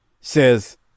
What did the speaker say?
says